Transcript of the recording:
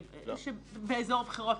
בתקופה שבאזור הבחירות.